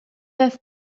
have